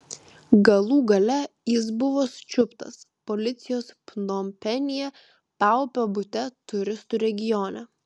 galų gale jis buvo sučiuptas policijos pnompenyje paupio bute turistų regione